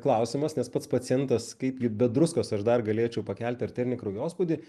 klausimas nes pats pacientas kaip gi be druskos aš dar galėčiau pakelti arterinį kraujospūdį